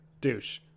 douche